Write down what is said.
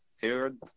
third